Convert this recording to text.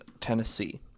Tennessee